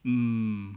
mm